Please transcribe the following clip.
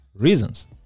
reasons